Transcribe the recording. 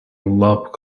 lop